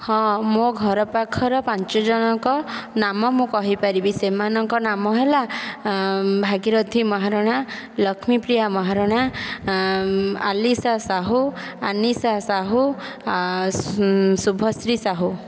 ହଁ ମୋ ଘର ପାଖର ପାଞ୍ଚ ଜଣଙ୍କ ନାମ ମୁଁ କହିପାରିବି ସେମାନଙ୍କ ନାମ ହେଲା ଭାଗିରଥି ମହାରଣା ଲକ୍ଷ୍ମୀପ୍ରିୟ ମହାରଣା ଆଲିଶା ସାହୁ ଆନିସା ସାହୁ ଶୁଭଶ୍ରୀ ସାହୁ